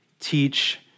teach